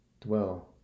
dwell